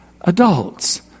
adults